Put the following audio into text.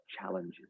challenges